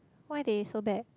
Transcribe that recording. why they so bad